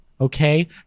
okay